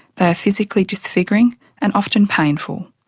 they are physically disfiguring and often painful.